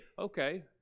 Okay